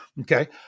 Okay